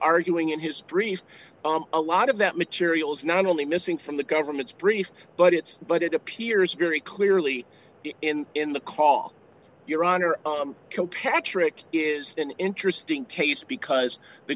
arguing in his dreams a lot of that material is not only missing from the government's brief but it's but it appears very clearly in in the call your honor copecks rick is an interesting case because the